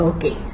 Okay